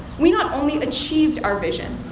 we not only achieved our vision,